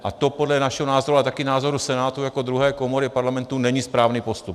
A to podle našeho názoru, ale taky názoru Senátu jako druhé komory Parlamentu není správný postup.